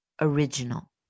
original